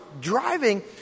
driving